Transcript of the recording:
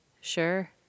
sure